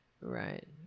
right